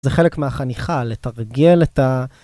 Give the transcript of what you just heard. זה חלק מהחניכה, לתרגל את ה...